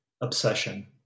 obsession